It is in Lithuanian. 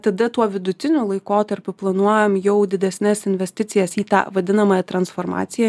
tada tuo vidutiniu laikotarpiu planuojam jau didesnes investicijas į tą vadinamąją transformaciją